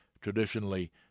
traditionally